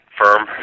firm